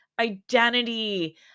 identity